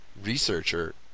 Researcher